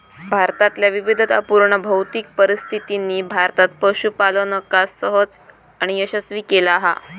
भारतातल्या विविधतापुर्ण भौतिक परिस्थितीनी भारतात पशूपालनका सहज आणि यशस्वी केला हा